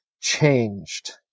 changed